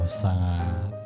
sangat